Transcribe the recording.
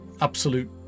absolute